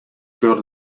peor